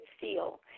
feel